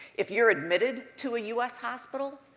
if you're admitted to a us hospital,